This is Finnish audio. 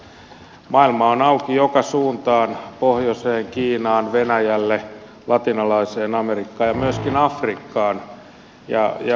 maailma on auki joka suuntaan pohjoiseen kiinaan venäjälle latinalaiseen amerikkaan ja myöskin afrikkaan